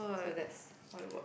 so that's how it work